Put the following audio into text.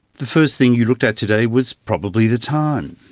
the first thing you looked at today was probably the time.